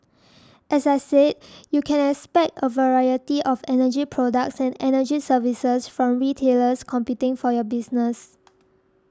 as I said you can expect a variety of energy products and energy services from retailers competing for your business